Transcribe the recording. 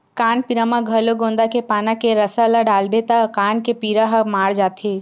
कान पीरा म घलो गोंदा के पाना के रसा ल डालबे त कान के पीरा ह माड़ जाथे